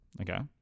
Okay